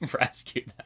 rescued